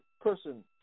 person